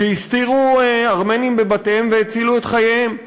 הסתירו ארמנים בבתיהם והצילו את חייהם.